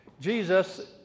Jesus